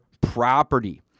property